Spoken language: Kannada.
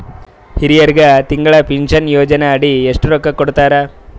ಹಿರಿಯರಗ ತಿಂಗಳ ಪೀನಷನಯೋಜನ ಅಡಿ ಎಷ್ಟ ರೊಕ್ಕ ಕೊಡತಾರ?